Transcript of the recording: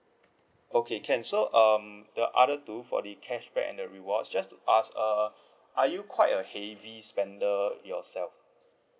okay can so um the other two for the cashback and the rewards just to ask err are you quite a heavy spender yourself